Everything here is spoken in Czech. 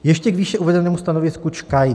Ještě k výše uvedenému stanovisku ČKAIT.